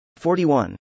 41